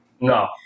No